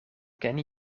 ken